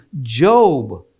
Job